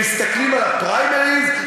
כשהם מסתכלים על הפריימריז,